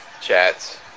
chats